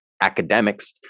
academics